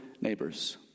neighbors